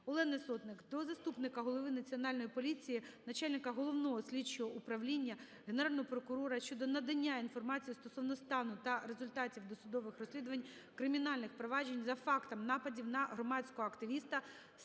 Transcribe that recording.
Олени Сотник до заступника Голови Національної поліції України - начальника Головного слідчого управління, Генерального прокурора щодо надання інформації стосовно стану та результатів досудових розслідувань кримінальних проваджень за фактами нападів на громадського активістаСтерненка